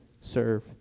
serve